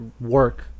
work